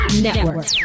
Network